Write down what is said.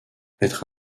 être